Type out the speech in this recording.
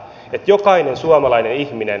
arvoisa rouva puhemies